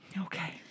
okay